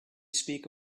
speak